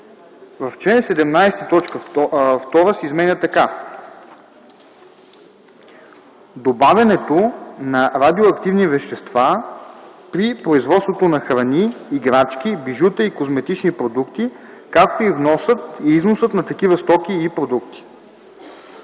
В чл. 17, т. 2 се изменя така: „2. добавянето на радиоактивни вещества при производството на храни, играчки, бижута и козметични продукти, както и вносът и износът на такива стоки и продукти;”.”